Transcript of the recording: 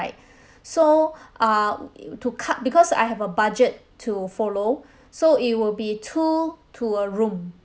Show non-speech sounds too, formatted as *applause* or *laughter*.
*breath* so *breath* uh it to cut because I have a budget to follow *breath* so it will be two to a room